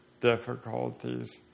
difficulties